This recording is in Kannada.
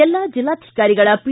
ಎಲ್ಲಾ ಜಿಲ್ಲಾಧಿಕಾರಿಗಳ ಪಿ